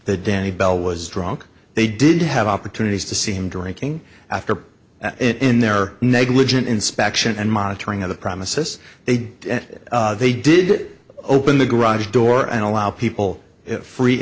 that danny bell was drunk they didn't have opportunities to see him drinking after that in their negligent inspection and monitoring of the promises made they did open the garage door and allow people free